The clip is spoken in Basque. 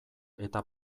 eta